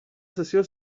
sessió